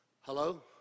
Hello